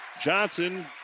Johnson